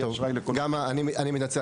אני מצטער,